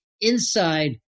inside